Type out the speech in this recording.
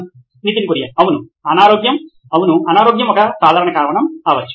Nitin Kurian COO నోయిన్ electronics అవును అనారోగ్యం అవును అనారోగ్యం ఒక సాధారణ కారణం కావచ్చు